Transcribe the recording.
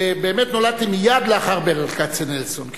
ובאמת נולדתי מייד לאחר ברל כצנלסון.